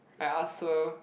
I ask her